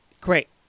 great